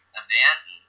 event